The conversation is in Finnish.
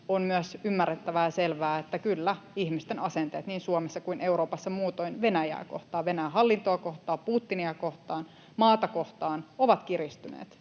on myös ymmärrettävää ja selvää, että kyllä, ihmisten asenteet niin Suomessa kuin Euroopassa muutoin Venäjää kohtaan, Venäjän hallintoa kohtaan, Putinia kohtaan, maata kohtaan ovat kiristyneet,